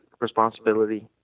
responsibility